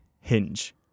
Hinge